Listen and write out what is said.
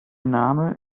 name